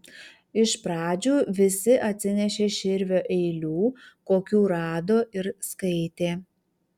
iš pradžių visi atsinešė širvio eilių kokių rado ir skaitė